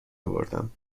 اوردم